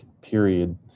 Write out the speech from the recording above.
period